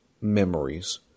memories